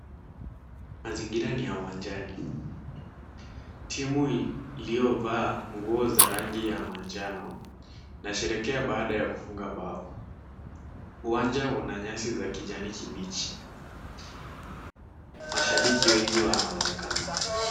Mazingira ni ya uwanjani. Timu iliyovaa nguo za rangi ya manjano inasherehekea baada ya kufunga bao. Uwanja una nyasi za kijani kibichi. Mashabiki wengi wanaonekana.